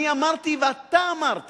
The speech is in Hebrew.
אני אמרתי ואתה אמרת